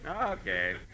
Okay